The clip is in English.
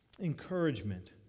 encouragement